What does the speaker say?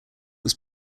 was